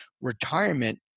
retirement